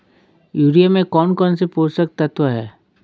Urea में कौन कौन से पोषक तत्व है?